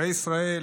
אזרחי ישראל,